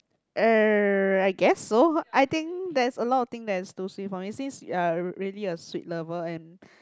uh I guess so I think there is a lot of thing that is too sweet for me since you're really a sweet lover and